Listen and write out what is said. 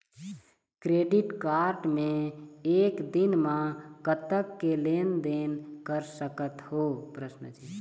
Credit card मे एक दिन म कतक के लेन देन कर सकत हो?